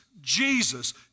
Jesus